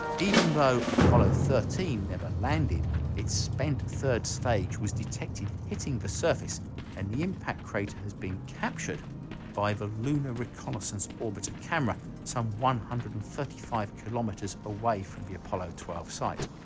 even though apollo thirteen never landed its spent third stage was detected hitting the surface and the impact crater has been captured by the lunar reconnaissance orbiter camera some one hundred and thirty five kilometers away from the apollo twelve site.